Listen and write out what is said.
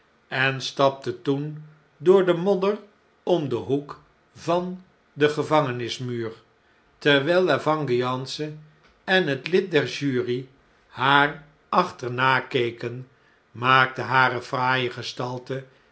en stapte toen door de modder om den hoek van dengevangenismuur terwijl la vengeance en het lid der jury haar achternakeken maakten hare fraaie gestalte